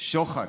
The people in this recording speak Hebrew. שוחד,